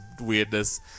weirdness